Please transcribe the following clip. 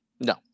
No